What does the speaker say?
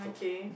okay